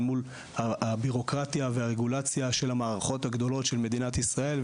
אל מול הבירוקרטיה והרגולציה של המערכות הגדולות של מדינת ישראל,